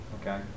okay